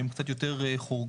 שהן קצת יותר חורגות.